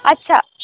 আচ্ছা